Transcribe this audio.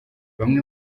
bamwe